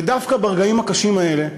ודווקא ברגעים הקשים האלה,